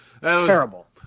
Terrible